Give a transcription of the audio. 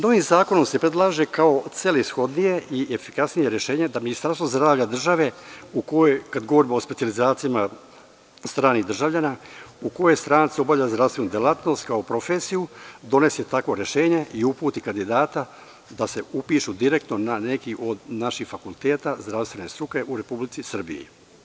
Novim zakonom se predlaže kao celishodnije i efikasnije rešenje, da Ministarstvo zdravlja države, u kojoj, kada govorimo o specijalizacijama stranih državljana, u kojoj stranci obavljaju zdravstvenu delatnost kao profesiju, donesu takvo rešenje i upiti kandidata da se upišu direktno na neki od naših fakulteta zdravstvene struke u Republici Srbiji.